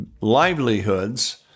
livelihoods